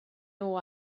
nhw